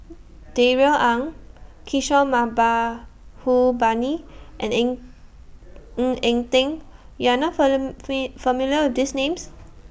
Darrell Ang Kishore Mahbubani and in Ng Eng Teng YOU Are not familiar with These Names